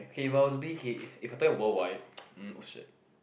okay but if it was B_K if you're talking worldwide um oh shit